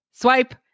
Swipe